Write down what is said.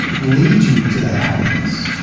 lead you to that happiness.